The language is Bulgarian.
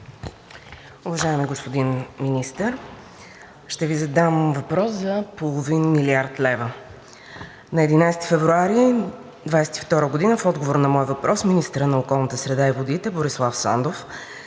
Уважаеми господин Министър, ще Ви задам въпрос за половин милиард лева: на 11 февруари 2022 г. в отговор на мой въпрос министърът на околната среда и водите Борислав Сандов